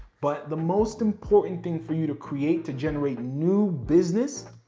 but the most important thing for you to create to generate new business,